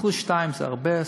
2%-1% זה הרבה.